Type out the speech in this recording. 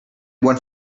one